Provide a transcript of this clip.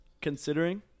considering